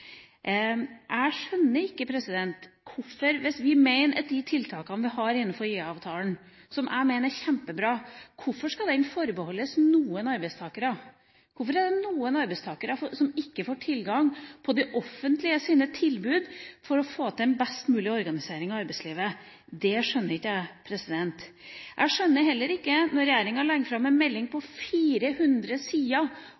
Jeg skjønner ikke, hvis vi mener at de tiltakene vi har innenfor IA-avtalen, som jeg mener er kjempebra, hvorfor de skal forbeholdes noen arbeidstakere. Hvorfor er det noen arbeidstakere som ikke får tilgang på det offentliges tilbud for å få til en best mulig organisering av arbeidslivet? Det skjønner ikke jeg. Jeg skjønner heller ikke når regjeringa legger fram en melding